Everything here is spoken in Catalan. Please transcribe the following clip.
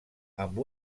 amb